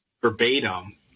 verbatim